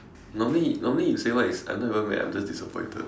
normally normally you say what is I'm not even mad I'm just disappointed